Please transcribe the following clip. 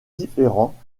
différent